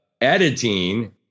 editing